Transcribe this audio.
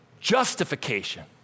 Justification